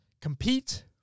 Compete